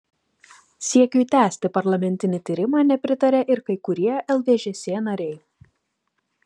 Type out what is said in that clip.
siekiui tęsti parlamentinį tyrimą nepritaria ir kai kurie lvžs nariai